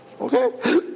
Okay